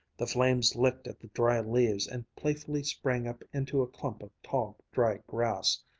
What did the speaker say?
the flames licked at the dry leaves and playfully sprang up into a clump of tall dry grass.